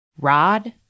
Rod